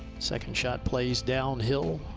second shot plays downhill.